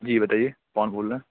جی بتائیے کون بول رہے ہیں